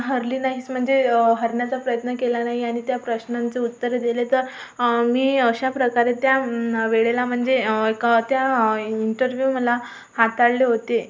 हरली नाहीस म्हणजे हरण्याचा प्रयत्न केला नाही आणि त्या प्रश्नांचं उत्तरं दिले तर मी अशा प्रकारे त्या वेळेला म्हणजे एका त्या इंटरव्ह्यूमनला हाताळले होते